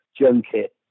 junket